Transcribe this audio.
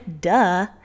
duh